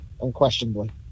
Unquestionably